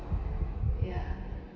ya